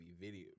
video